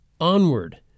onward